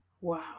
Wow